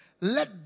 let